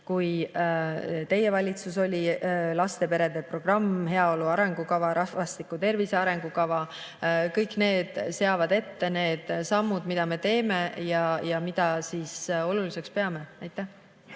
kui teie valitsuses olite, laste ja perede programm, heaolu arengukava, rahvastiku tervise arengukava – kõik need seavad ette need sammud, mida me teeme ja mida oluliseks peame. Leo